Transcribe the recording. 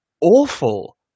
awful